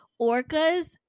orcas